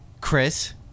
Chris